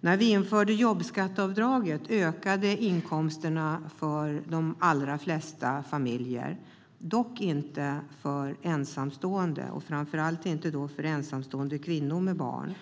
När vi införde jobbskatteavdraget ökade inkomsterna för de allra flesta familjer. Dock ökade de inte för ensamstående, och framför allt inte för ensamstående kvinnor med barn.